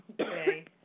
okay